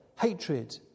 hatred